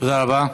תודה רבה.